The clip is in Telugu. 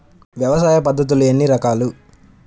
వ్యవసాయ పద్ధతులు ఎన్ని రకాలు?